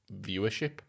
viewership